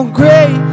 great